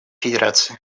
федерации